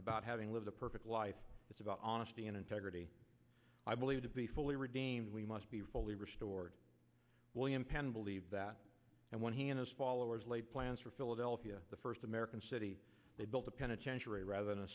about having lived a perfect life it's about honesty and integrity i believe to be fully redeemed we must be fully restored william penn believed that and when he and his followers laid plans for philadelphia the first american city they built a penitentiary rather than a